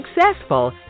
successful